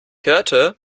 hörte